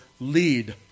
lead